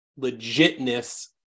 legitness